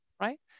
right